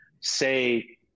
say